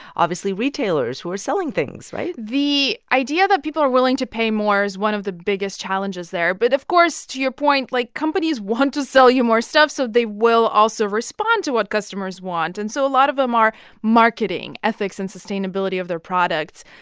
obviously, retailers who are selling things, right? the idea that people are willing to pay more is one of the biggest challenges there, but, of course, to your point, point, like, companies want to sell you more stuff. so they will also respond to what customers want. and so a lot of them are marketing ethics and sustainability of their products.